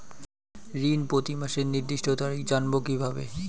ঋণ প্রতিমাসের নির্দিষ্ট তারিখ জানবো কিভাবে?